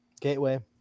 Gateway